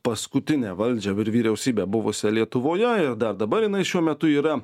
paskutinę valdžią ir vyriausybę buvusią lietuvoje ir dar dabar jinai šiuo metu yra